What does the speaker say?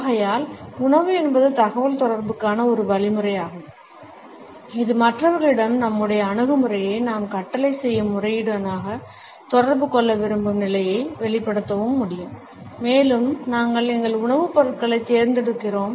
ஆகையால் உணவு என்பது தகவல்தொடர்புக்கான ஒரு வழிமுறையாகும் இது மற்றவர்களிடம் நம்முடைய அணுகுமுறையை நாம் கட்டளை செய்யும் முறையினூடாக தொடர்பு கொள்ள விரும்பும் நிலையை வெளிப்படுத்தவும் முடியும் மேலும் நாங்கள் எங்கள் உணவுப் பொருட்களைத் தேர்ந்தெடுக்கிறோம்